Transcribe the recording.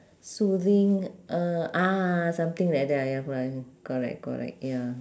soothing uh ah something like that ya correct correct ya